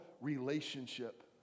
relationship